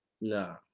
no